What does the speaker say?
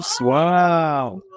Wow